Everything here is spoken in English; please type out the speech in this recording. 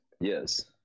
Yes